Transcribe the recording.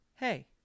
Hey